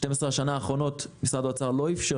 ב-12 השנים האחרונות משרד האוצר לא אפשר